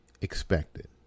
expected